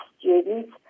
students